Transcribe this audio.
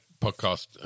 podcast